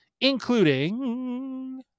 including